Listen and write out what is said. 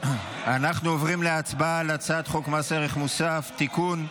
אנחנו עוברים להצבעה על הצעת חוק מס ערך מוסף (תיקון,